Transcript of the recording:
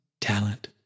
Talent